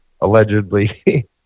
allegedly